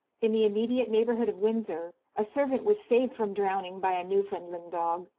in the immediate neighbourhood of windsor a servant was saved from drowning by a newfoundland dog,